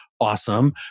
awesome